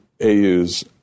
AU's